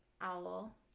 owl